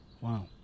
wow